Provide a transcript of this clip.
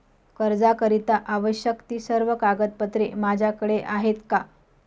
कर्जाकरीता आवश्यक ति सर्व कागदपत्रे माझ्याकडे आहेत का?